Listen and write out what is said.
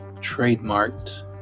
Trademarked